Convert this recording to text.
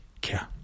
care